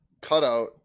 cutout